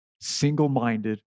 single-minded